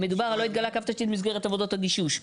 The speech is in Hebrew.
מדובר על לא התגלה קו תשתית במסגרת עבודות הגישוש.